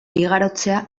igarotzea